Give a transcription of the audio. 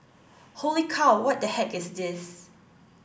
holy cow what the heck is this